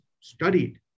studied